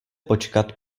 počkat